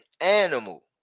animal